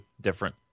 different